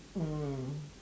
mm